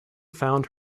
found